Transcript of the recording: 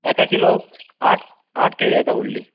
एका किलोक आठ केळी येता व्हडली